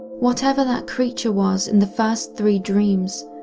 whatever that creature was in the first three dreams,